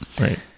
Right